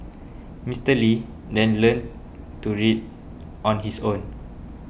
Mister Lee then learnt to read on his own